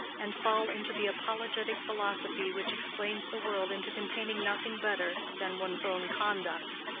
and fall into the apologetic philosophy which explains the world into containing nothing better than one's own conduct.